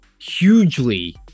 hugely